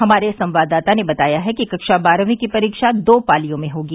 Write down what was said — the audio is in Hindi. हमारे संवाददाता ने बताया है कि कक्षा बारहवीं की परीक्षा दो पालियों में होगी